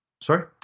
Sorry